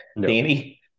Danny